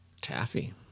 Taffy